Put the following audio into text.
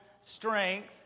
strength